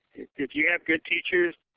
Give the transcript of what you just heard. if you have good teachers,